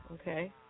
Okay